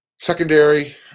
Secondary